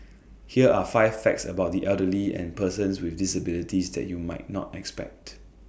here are five facts about the elderly and persons with disabilities that you might not expect